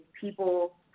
people